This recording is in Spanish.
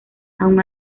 aun